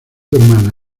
hermana